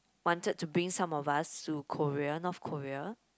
wanted to bring some of us to Korea North Korea